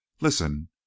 Listen